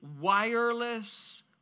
wireless